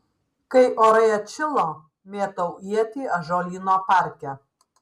kai orai atšilo mėtau ietį ąžuolyno parke